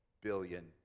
billion